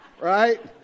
right